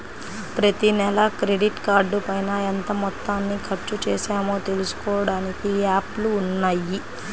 ప్రతినెలా క్రెడిట్ కార్డుపైన ఎంత మొత్తాన్ని ఖర్చుచేశామో తెలుసుకోడానికి యాప్లు ఉన్నయ్యి